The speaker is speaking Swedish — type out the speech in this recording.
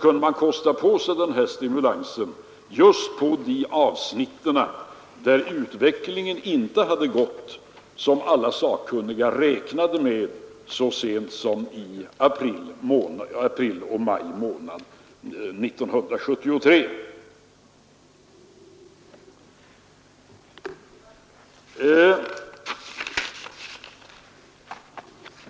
kunde man kosta på sig den här stimulansen just på de avsnitt där utvecklingen inte hade gått som alla sakkunniga räknade med så sent som i april och maj månader 1973.